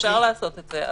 אפשר לעשות את זה,